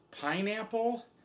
pineapple